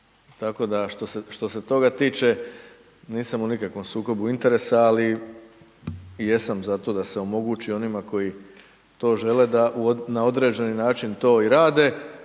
tako da što se toga tiče, nisam u nikakvom sukobu interesa, ali jesam zato da se omogući onima koji to žele da na određeni način to i rade,